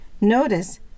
Notice